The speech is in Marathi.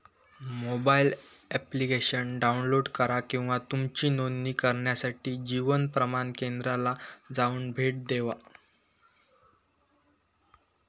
मोबाईल एप्लिकेशन डाउनलोड करा किंवा तुमची नोंदणी करण्यासाठी जीवन प्रमाण केंद्राला जाऊन भेट देवा